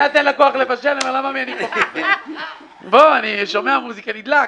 אני שומע מוזיקה ונדלק.